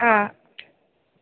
ആ